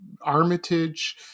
Armitage